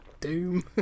Doom